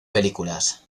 películas